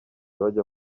bajya